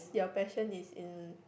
your passion is in